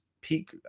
peak